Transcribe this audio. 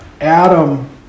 Adam